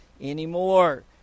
anymore